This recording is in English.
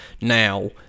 now